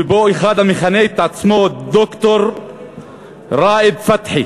ובו אחד המכנה את עצמו ד"ר ראאד פתחי